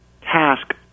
task